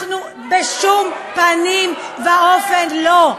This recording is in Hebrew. אנחנו בשום פנים ואופן לא,